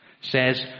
says